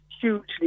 hugely